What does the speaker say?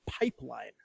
pipeline